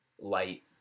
light